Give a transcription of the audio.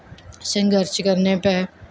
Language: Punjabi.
ਸੰਘਰਸ਼ ਕਰਨੇ ਪਏ